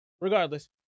Regardless